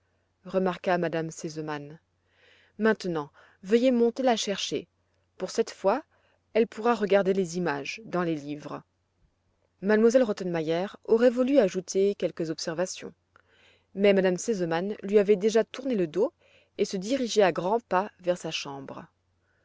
m me sesemann maintenant veuillez monter la chercher pour cette fois elle pourra regarder les images dans les livres m elle rottenmeier aurait voulu ajouter quelques observations mais m me sesemann lui avait déjà tourné le dos et se dirigeait à grands pas vers sa chambre